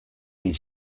hain